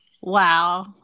Wow